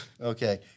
Okay